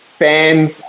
fans